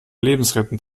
lebensrettend